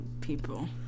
people